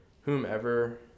whomever